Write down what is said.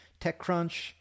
TechCrunch